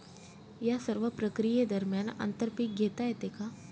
या सर्व प्रक्रिये दरम्यान आंतर पीक घेता येते का?